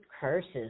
curses